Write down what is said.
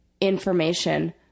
information